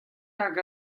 hag